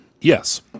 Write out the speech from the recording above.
Yes